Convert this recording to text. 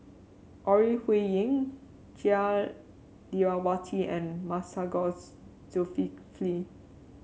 Ore Huiying Jah Lelawati and Masagos Zulkifli